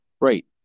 Right